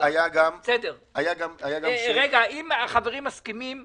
אם החברים מסכימים,